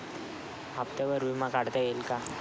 हप्त्यांवर विमा काढता येईल का?